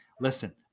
Listen